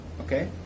okay